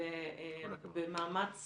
ובמאמץ